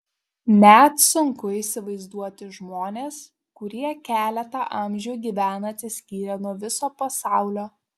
net sunku įsivaizduoti žmones kurie keletą amžių gyvena atsiskyrę nuo viso pasaulio